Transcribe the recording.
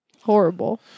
horrible